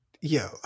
Yo